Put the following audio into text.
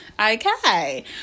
Okay